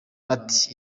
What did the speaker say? ati